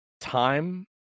time